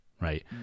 right